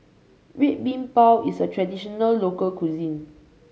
Red Bean Bao is a traditional local cuisine